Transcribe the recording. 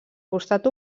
costat